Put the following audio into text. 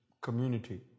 community